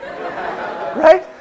right